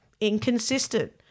inconsistent